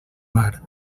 mar